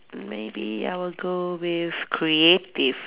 maybe I will go with creative